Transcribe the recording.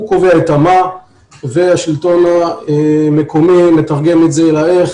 הוא קובע ה-מה והשלטון המקומי מתרגם את זה ל-איך.